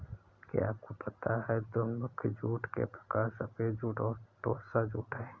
क्या आपको पता है दो मुख्य जूट के प्रकार सफ़ेद जूट और टोसा जूट है